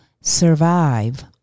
survive